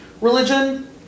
religion